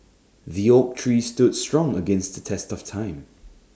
the oak tree stood strong against the test of time